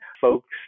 folks